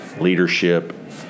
leadership